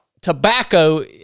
tobacco